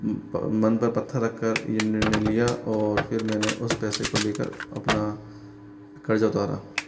मन पर पत्थर रखकर ये निर्णय लिया और फ़िर मैने उस पैसे को लेकर अपना कर्ज उतारा